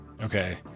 okay